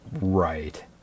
Right